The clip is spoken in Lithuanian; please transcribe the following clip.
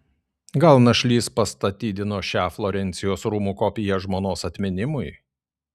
gal našlys pastatydino šią florencijos rūmų kopiją žmonos atminimui